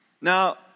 Now